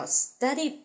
study